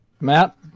Matt